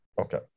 Okay